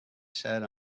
sat